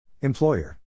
Employer